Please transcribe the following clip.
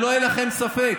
שלא יהיה לכם ספק: